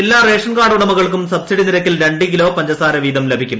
എല്ലാ റേഷൻകാർഡ് ഉടമകൾക്കും സബ്സിഡി നിരക്കിൽ രണ്ട് കിലോ പഞ്ചസാര ലഭിക്കും